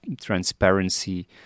transparency